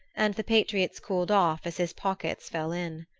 and the patriots cooled off as his pockets fell in.